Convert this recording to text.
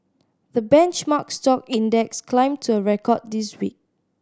the benchmark stock index climbed to a record this week